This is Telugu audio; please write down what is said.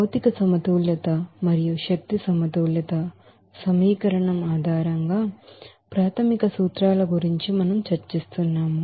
మెటీరియల్ బాలన్స్ మరియు ఎనర్జీ బాలన్స్ ఈక్వేషన్ ఆధారంగా ఆ ప్రాథమిక సూత్రాల గురించి మనం చర్చిస్తున్నాము